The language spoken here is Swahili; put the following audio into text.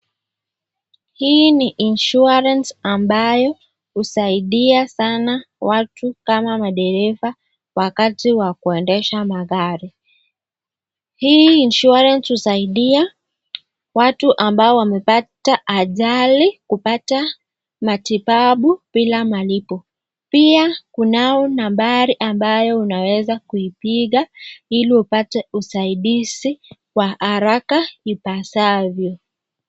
Hii ni insurance ambayo husaidia sana watu kama madereva wakati wa kuendesha magari, hii insurance husaidia watu ambao wamepiga ajali kupata matibabu bila malipo, pia kunayo nambari ambayo unaweza kuipiga ili uweze kupata usaidizi kwa haraka.